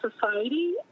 society